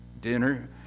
dinner